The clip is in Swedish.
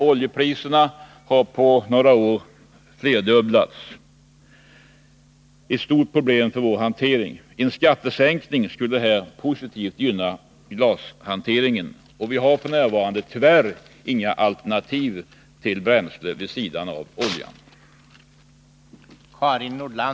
Oljepriserna har på några år flerdubblats, och det är ett stort problem för vår industri. En skattesänkning skulle härvidlag gynna glashanteringen. Vi har f. n. tyvärr inga alternativ till bränsle vid sidan av oljan.